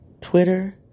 Twitter